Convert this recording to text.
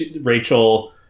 Rachel